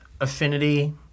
Affinity